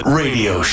radio